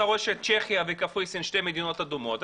אתה רואה שצ'כיה וקפריסין הן שתי מדינות אדומות.